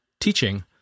teaching